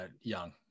young